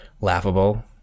laughable